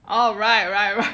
oh right right right